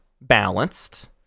balanced